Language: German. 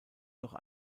noch